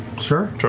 sure.